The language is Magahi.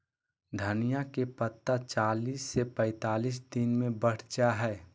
धनिया के पत्ता चालीस से पैंतालीस दिन मे बढ़ जा हय